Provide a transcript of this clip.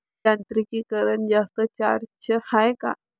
यांत्रिकीकरण जास्त खर्चाचं हाये का?